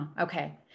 Okay